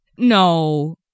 No